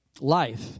life